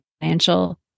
financial